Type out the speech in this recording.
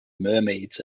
mermaids